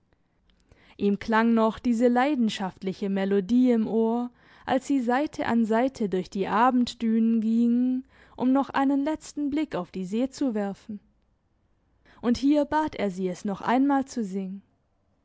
ihm klang noch diese leidenschaftliche melodie im ohr als sie seite an seite durch die abenddünen gingen um noch einen letzten blick auf die see zu werfen und hier bat er sie es noch einmal zu singen